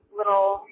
little